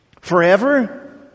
Forever